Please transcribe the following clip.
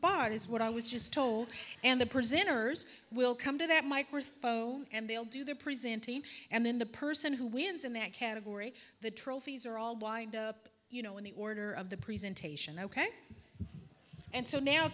spot is what i was just told and the prisoners will come to that microphone and they'll do the presenting and then the person who wins in that category the trophies are all wind up you know in the order of the presentation ok and so now